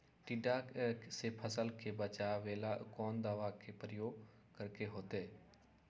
टिड्डा से फसल के बचावेला कौन दावा के प्रयोग करके होतै?